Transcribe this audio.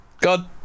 God